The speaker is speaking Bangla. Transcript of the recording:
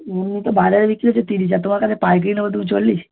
এমনি তো বাজারে বিক্রি হচ্ছে তিরিশ আর তোমার কাছে পাইকারি নেবো তুমি চল্লিশ